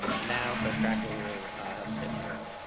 um now coach trachsel will have a statement of her own.